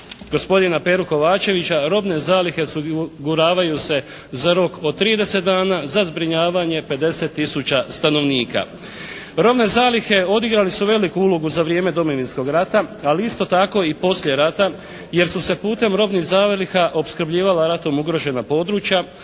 gospodina Peru Kovačevića robne zalihe osiguravaju se za rok od 30 dana, za zbrinjavanje 50 tisuća stanovnika. Robne zalihe odigrale su velike ulogu za vrijeme Domovinskog rata, ali isto tako i poslije rata jer su se putem robnih zaliha opskrbljivala ratom ugrožena područja,